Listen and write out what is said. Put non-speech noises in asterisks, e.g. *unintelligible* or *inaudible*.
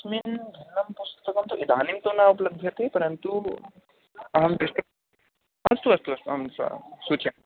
*unintelligible* इदानीं तु न उपलभ्यते परन्तु अहं दृष्ट्वा अस्तु अस्तु अस्तु अहं श्वः सूचयामि